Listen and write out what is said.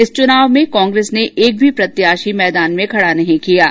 इस चुनाव में कांग्रेस ने एक भी प्रत्याशी चुनाव मैदान में खड़ा नहीं किया था